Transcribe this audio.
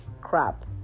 crap